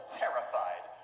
terrified